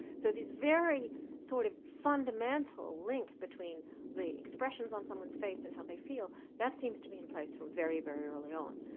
so this very sort of fundamental link between the expressions on someone's face and how they feel, that seem to be in place from very, very early on.